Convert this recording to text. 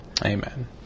amen